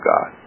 God